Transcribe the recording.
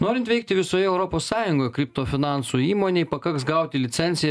norint veikti visoje europos sąjungoj kripto finansų įmonei pakaks gauti licenciją